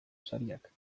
sariak